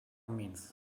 means